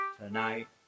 tonight